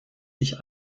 sich